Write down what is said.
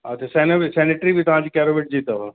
अच्छा सेनो सेनिट्री बि तव्हांजी केरोविट जी अथव